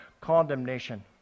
condemnation